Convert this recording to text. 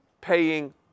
paying